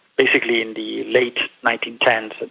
basically in the late nineteen ten s,